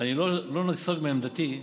אני לא נסוג מעמדתי,